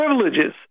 privileges